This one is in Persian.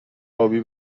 ابی